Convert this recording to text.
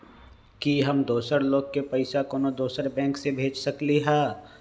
कि हम दोसर लोग के पइसा कोनो दोसर बैंक से भेज सकली ह?